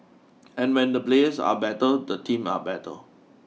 and when the players are better the team are better